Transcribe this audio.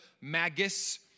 Magus